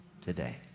today